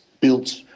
built